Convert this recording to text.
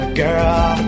girl